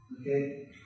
okay